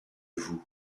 vous